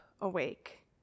awake